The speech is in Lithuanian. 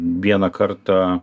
vieną kartą